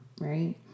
right